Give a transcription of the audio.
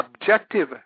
objective